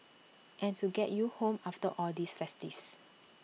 and to get you home after all these festivities